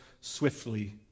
swiftly